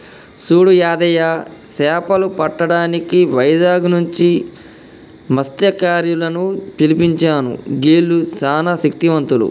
సూడు యాదయ్య సేపలు పట్టటానికి వైజాగ్ నుంచి మస్త్యకారులను పిలిపించాను గీల్లు సానా శక్తివంతులు